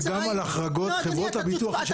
שגם על החרגות חברות הביטוח --- לא,